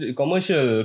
commercial